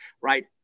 right